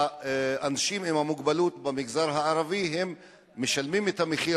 אנשים עם מוגבלות במגזר הערבי משלמים את המחיר